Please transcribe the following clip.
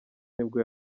nibwo